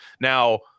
Now